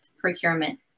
procurement